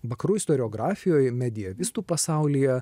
vakarų istoriografijoj mediavistų pasaulyje